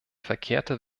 verkehrte